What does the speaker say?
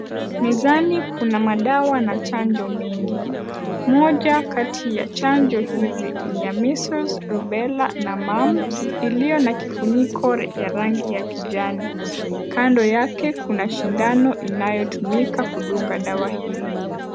Mezani kuna madawa na chanjo mengi. Moja kati ya chanjo hizi ni ya measles, rubella na mumps iliyo na kifuniko ya rangi ya kijani. Kando yake kuna sindano inayotumika kudunga dawa hili.